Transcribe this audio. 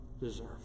deserve